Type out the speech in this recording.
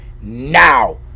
now